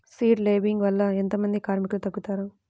Seed లేంబింగ్ వల్ల ఎంత మంది కార్మికులు తగ్గుతారు?